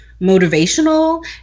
motivational